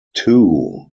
two